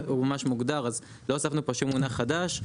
הוא ממש מוגדר אז לא הוספנו פה שום מונח חדש,